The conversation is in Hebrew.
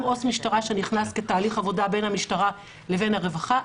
גם אות משטרה שנכנס כתהליך עבודה בין המשטרה לבין הרווחה,